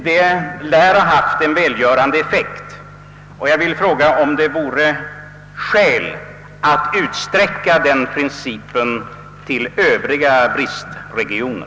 Detta lär ha haft en välgörande effekt, och jag vill fråga om det inte vore skäl i att utsträcka denna princip till övriga bristregioner.